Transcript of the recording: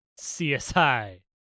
CSI